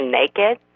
naked